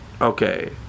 Okay